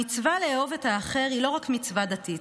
המצווה לאהוב את האחר היא לא רק מצווה דתית,